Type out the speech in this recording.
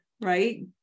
right